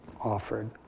offered